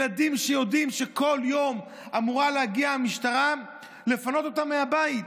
ילדים שיודעים שכל יום אמורה להגיע המשטרה לפנות אותם מהבית.